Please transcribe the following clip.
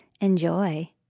Enjoy